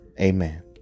amen